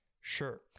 Sure